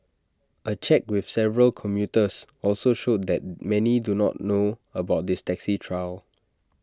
A check with several commuters also showed that many do not know about this taxi trial